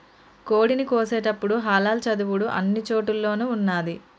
కోడిని కోసేటపుడు హలాల్ చదువుడు అన్ని చోటుల్లోనూ ఉన్నాది